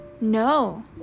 No